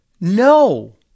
No